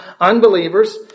Unbelievers